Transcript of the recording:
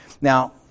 Now